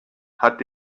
hat